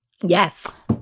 Yes